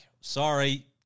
Sorry